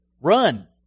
Run